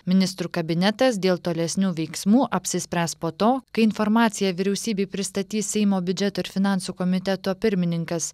ministrų kabinetas dėl tolesnių veiksmų apsispręs po to kai informaciją vyriausybei pristatys seimo biudžeto ir finansų komiteto pirmininkas